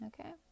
Okay